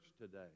today